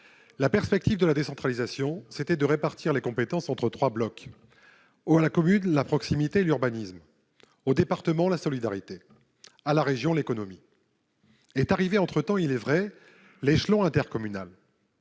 La perspective de la décentralisation était de répartir les compétences entre trois blocs : à la commune, la proximité et l'urbanisme ; au département, la solidarité ; à la région, l'économie. Entre-temps est arrivé l'échelon intercommunal.